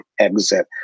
exit